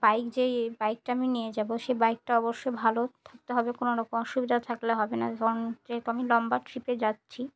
bike যে বাইকটা আমি নিয়ে যাব সেই বাইকটা অবশ্যই ভালো থাকতে হবে কোনো রকম অসুবিধা থাকলে হবে না কারণ যেহেতু আমি লম্বা ট্রিপে যাচ্ছি